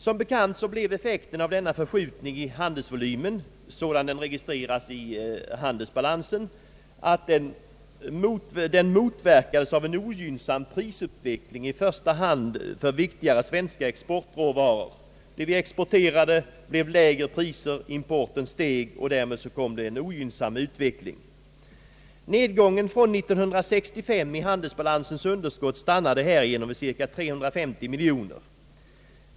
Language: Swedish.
Som bekant blev effekten av denna förskjutning i handelsvolymen, sådan den registreras i handelsbalansen, motverkad av en ogynnsam prisutveckling i första hand för viktigare svenska exportvaror. Det blev lägre priser på våra exportvaror samtidigt som importen steg, vilket medförde en ogynnsam utveckling. Nedgången från år 1965 i handelsbalansens underskott stannade härigenom vid cirka 350 miljoner kronor.